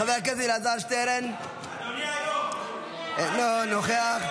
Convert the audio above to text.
חבר הכנסת אלעזר שטרן, אינו נוכח.